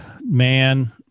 man